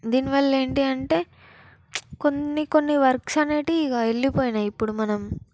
దీని వల్ల ఏంటి అంటే కొన్ని కొన్ని వర్క్స్ అనేవి ఇక వెళ్ళిపోయాయి ఇప్పుడు మనం